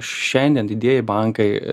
šiandien didieji bankai